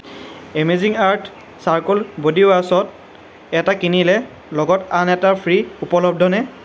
amazing earth charcoal body ৱাছত এটা কিনিলে লগত আন এটা ফ্ৰী উপলব্ধনে